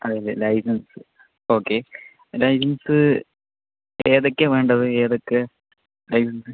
അതിൻ്റെ licence okay licence ഏതൊക്കെയാണ് വേണ്ടത് ഏതൊക്കെ ലൈസൻസ്